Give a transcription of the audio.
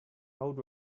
would